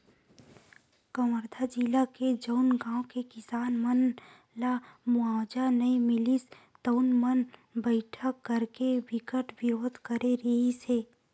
कवर्धा जिला के जउन गाँव के किसान मन ल मुवावजा नइ मिलिस तउन मन बइठका करके बिकट बिरोध करे रिहिस हे